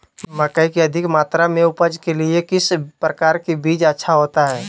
मकई की अधिक मात्रा में उपज के लिए किस प्रकार की बीज अच्छा होता है?